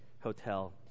Hotel